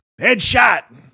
headshot